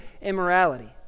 immorality